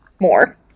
more